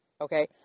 okay